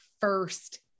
first